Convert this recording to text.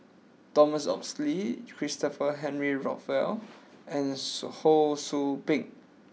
Thomas Oxley Christopher Henry Rothwell and Ho Sou Ping